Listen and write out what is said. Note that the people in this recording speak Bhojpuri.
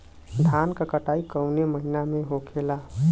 धान क कटाई कवने महीना में होखेला?